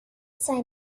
zwei